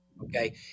Okay